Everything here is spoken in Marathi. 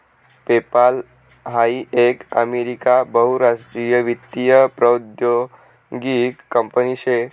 पेपाल हाई एक अमेरिका बहुराष्ट्रीय वित्तीय प्रौद्योगीक कंपनी शे